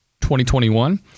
2021